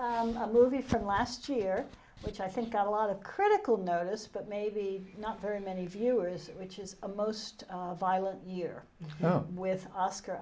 is a movie from last year which i think got a lot of critical notice but maybe not very many viewers which is a most violent year with us car